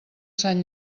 sant